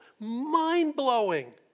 mind-blowing